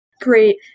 Great